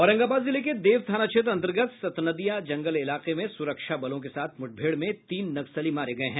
औरंगाबाद जिले के देव थाना क्षेत्र अंतर्गत सतनदिया जंगल इलाके में सुरक्षा बलों के साथ मुठभेड़ में तीन नक्सली मारे गये हैं